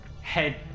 head